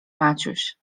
maciuś